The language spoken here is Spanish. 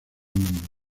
mundo